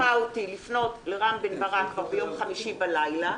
היושב-ראש הוא הנחה אותי לפנות לרם בן-ברק כבר ביום חמישי בלילה.